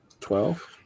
Twelve